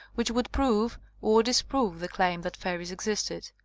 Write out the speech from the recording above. which would prove or disprove the claim that fairies existed.